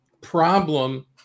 problem